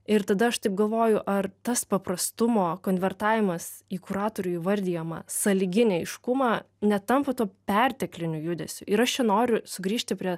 ir tada aš taip galvoju ar tas paprastumo konvertavimas į kuratorių įvardijamą sąlyginį aiškumą netampa tuo pertekliniu judesiu ir aš noriu sugrįžti prie